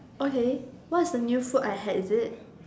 okay what is the new food I had is it